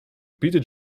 peter